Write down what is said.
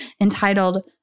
entitled